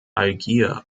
algier